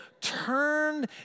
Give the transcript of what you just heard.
turned